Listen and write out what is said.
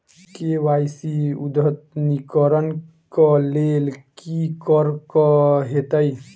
KYC अद्यतनीकरण कऽ लेल की करऽ कऽ हेतइ?